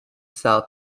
cell